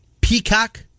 Peacock